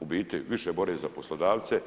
u biti više bore za poslodavce?